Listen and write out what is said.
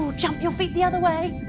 so jump your feet the other way